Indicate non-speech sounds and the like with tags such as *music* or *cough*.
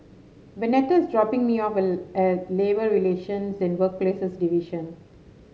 Waneta is dropping me off *hesitation* at Labour Relations and Workplaces Division